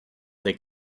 that